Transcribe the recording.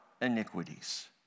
iniquities